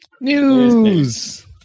News